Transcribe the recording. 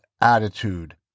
attitude